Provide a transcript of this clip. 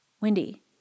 Wendy